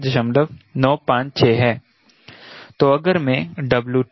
तो अगर मैं WTOs में रुचि रखता हूं